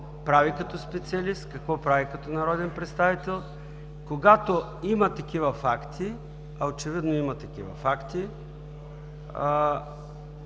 какво прави като специалист, какво прави като народен представител. Когато има такива факти, а очевидно има такива, актът,